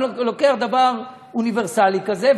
אני לוקח דבר אוניברסלי כזה,